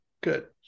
Good